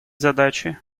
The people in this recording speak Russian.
задачи